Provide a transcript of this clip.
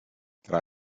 tra